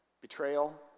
betrayal